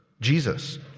Jesus